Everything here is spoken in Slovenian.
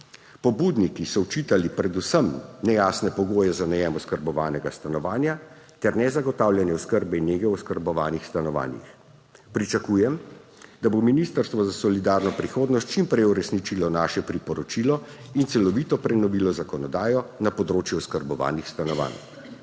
Pobudniki so očitali predvsem nejasne pogoje za najem oskrbovanega stanovanja ter nezagotavljanje oskrbe in nege v oskrbovanih stanovanjih. Pričakujem, da bo Ministrstvo za solidarno prihodnost čim prej uresničilo naše priporočilo in celovito prenovilo zakonodajo na področju oskrbovanih stanovanj.